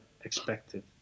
expected